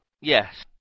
Yes